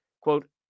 quote